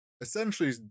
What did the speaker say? essentially